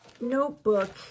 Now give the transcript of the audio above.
notebook